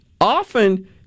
often